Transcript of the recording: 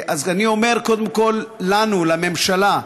אז אני אומר, קודם כול, לנו, לממשלה,